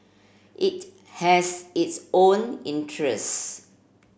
it has its own interest